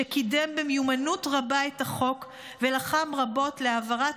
שקידם במיומנות רבה את החוק ולחם רבות להעברת